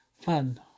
fun